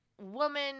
Woman